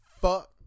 Fuck